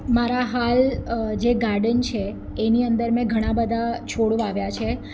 મારા હાલ જે ગાર્ડન છે એની અંદર મેં ઘણા બધા છોડ વાવ્યા છે